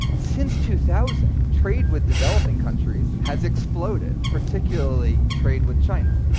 since two thousand, trade with developing countries has exploded, particularly trade with china.